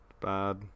Bad